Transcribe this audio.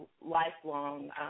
lifelong